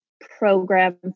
program